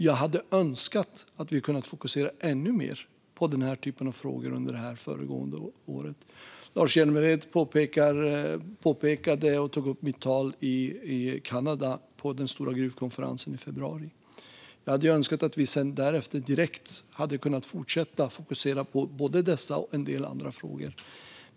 Jag hade önskat att vi hade kunnat fokusera ännu mer på den här typen av frågor under det föregående året. Lars Hjälmered tog upp mitt tal i Kanada på den stora gruvkonferensen i februari. Jag hade önskat att vi direkt därefter hade kunnat fortsätta att fokusera på både dessa och en del andra frågor.